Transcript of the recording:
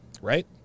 right